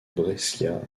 brescia